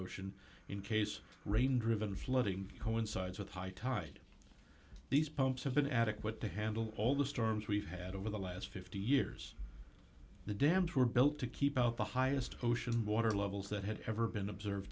ocean in case rain driven flooding coincides with high tide these pumps have been adequate to handle all the storms we've had over the last fifty years the dams were built to keep out the highest ocean water levels that had ever been observed